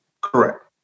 Correct